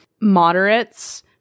moderates